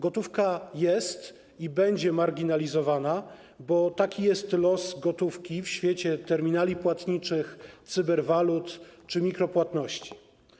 Gotówka jest i będzie marginalizowana, bo taki jest los gotówki w świecie terminali płatniczych, cyberwalut czy mikropłatności.